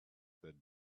that